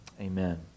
Amen